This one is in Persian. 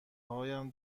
هایم